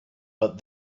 but